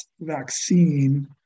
vaccine